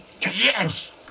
Yes